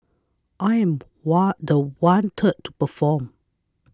I am was the one to perform